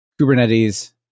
Kubernetes